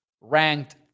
ranked